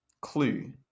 Clue